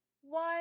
one